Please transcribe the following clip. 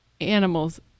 animals